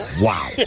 Wow